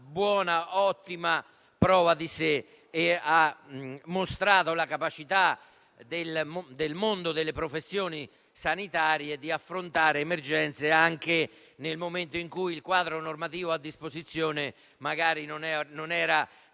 ha dato ottima prova di sé e ha mostrato la capacità del mondo delle professioni sanitarie di affrontare le emergenze anche nel momento in cui il quadro normativo a disposizione magari non era dei